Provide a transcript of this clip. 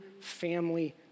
family